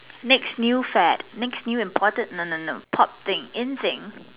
next new fad next new important no no no pop thing in thing